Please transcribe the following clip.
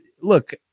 look